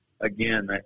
again